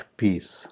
peace